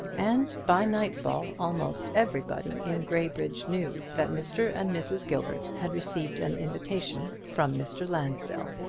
and by nightfall almost everybody in graybridge knew that mr. and mrs. gilbert had received an invitation from mr. lansdell.